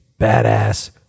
badass